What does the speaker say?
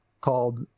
called